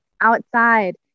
Outside